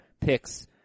picks